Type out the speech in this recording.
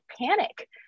panic